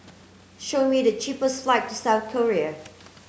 show me the cheapest flights to South Korea